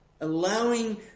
allowing